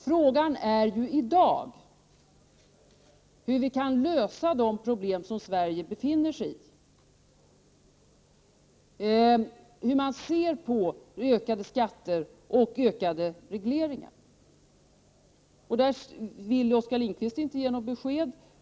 Frågan är ju hur vi kan lösa de problem som Sverige befinner sig i i dag. Hur ser man i nuvarande läge på ökade skatter och ökade regleringar? I det sammanhanget vill Oskar Lindkvist inte ge något besked.